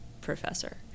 professor